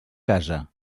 casa